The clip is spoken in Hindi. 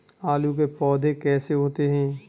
आलू के पौधे कैसे होते हैं?